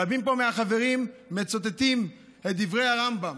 רבים פה מהחברים מצטטים את דברי הרמב"ם.